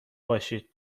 باشید